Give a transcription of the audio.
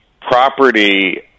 property